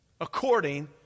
according